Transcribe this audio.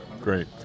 Great